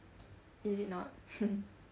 is it not